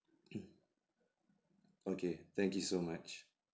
okay thank you so much